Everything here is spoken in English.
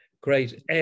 Great